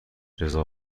رضا